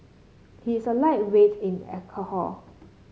he is a lightweight in alcohol